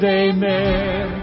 amen